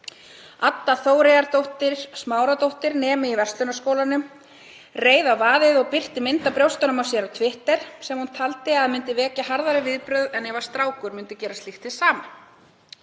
Adda Þóreyjardóttir Smáradóttir, nemi í Verslunarskólanum, reið á vaðið og birti mynd af brjóstunum á sér á Twitter sem hún taldi að myndi vekja harðari viðbrögð en ef strákur myndi gera slíkt hið sama.